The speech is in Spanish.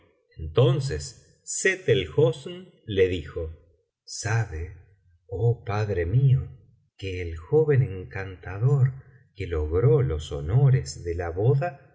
entonces sett el hosn le dijo sabe oh padre mío que el joven encantador que logró biblioteca valenciana las mil noches y una noche los honores de la boda